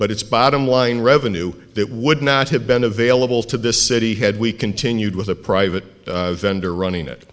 but it's bottom line revenue that would not have been available to this city had we continued with a private vendor